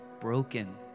broken